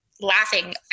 laughing